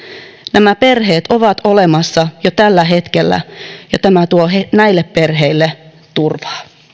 nämä perheet ovat olemassa jo tällä hetkellä ja tämä tuo näille perheille turvaa